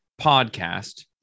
podcast